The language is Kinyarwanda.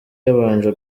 yabanje